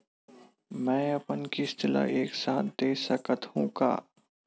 मै अपन किस्त ल एक साथ दे सकत हु का?